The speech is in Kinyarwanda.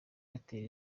airtel